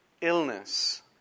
illness